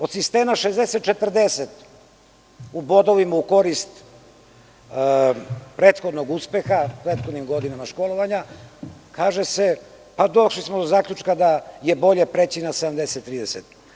Od sistema 60-40 u bodovima u korist prethodnog uspeha u prethodnim godinama školovanja, kaže se – došli smo do zaključka da je bolje preći na 70-30.